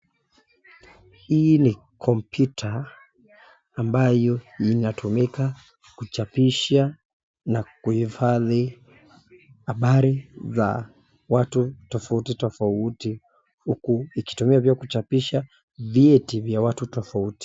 Hii ni computer ambayo inatumika kuchapisha na kuhifadhi habari za watu tofauti tofauti huku ikitumia vioo kuchapisha vyeti vya watu tofauti.